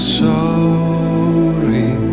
sorry